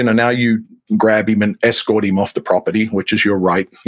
and now you grab him and escort him off the property, which is your right,